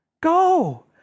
Go